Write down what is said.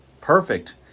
Perfect